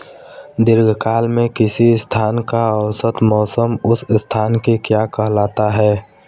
दीर्घकाल में किसी स्थान का औसत मौसम उस स्थान की क्या कहलाता है?